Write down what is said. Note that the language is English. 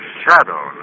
shadow